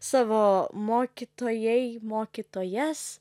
savo mokytojai mokytojas